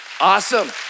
Awesome